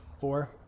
Four